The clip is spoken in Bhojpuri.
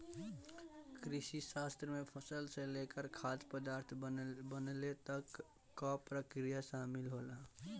कृषिशास्त्र में फसल से लेकर खाद्य पदार्थ बनले तक कअ प्रक्रिया शामिल होला